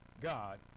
God